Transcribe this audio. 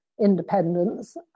independence